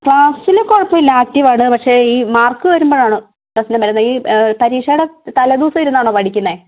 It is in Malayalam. ക്ലാസ്സിൽ കുഴപ്പമില്ല ആക്ടീവ് ആണ് പക്ഷേ ഈ മാർക്ക് വരുമ്പോഴാണ് പ്രശ്നം വരുന്നത് ഈ പരീക്ഷയുടെ തലേ ദിവസം ഇരുന്നാണോ പഠിക്കുന്നത്